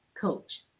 coach